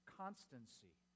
constancy